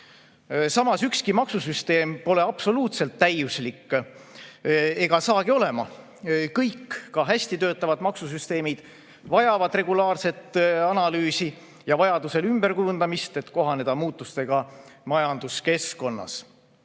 Samas, ükski maksusüsteem pole absoluutselt täiuslik ega hakkagi seda olema. Kõik, ka hästi töötavad maksusüsteemid vajavad regulaarset analüüsi ja vajaduse korral ümberkujundamist, et kohaneda muutustega majanduskeskkonnas.